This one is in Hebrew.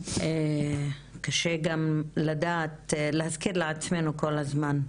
קשה גם להזכיר לעצמנו כל הזמן,